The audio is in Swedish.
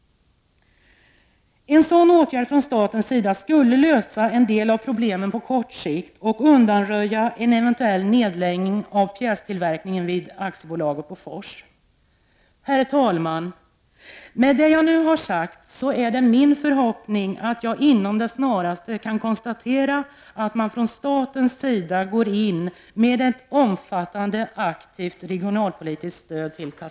En sådan åtgärd från statens sida skulle lösa en del av problemen på kort sikt och undanröja riskerna för en illverkningen vid AB Bofors. snarast skall kunna konsta eventuell nedläggning av pj Herr talman! Det är min förhoppning att ja, tera att staten går in med ett omfattande aktivt regionalpolitiskt stöd till